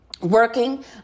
working